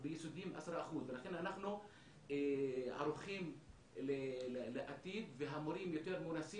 וביסודיים 10%. אנחנו ערוכים לעתיד והמורים יותר מנוסים